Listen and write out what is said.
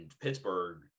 Pittsburgh